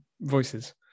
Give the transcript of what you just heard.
voices